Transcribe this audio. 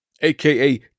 aka